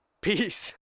Peace